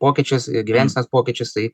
pokyčius gyvensenos pokyčius tai